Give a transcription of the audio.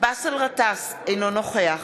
באסל גטאס, אינו נוכח